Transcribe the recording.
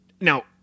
Now